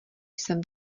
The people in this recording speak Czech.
jsem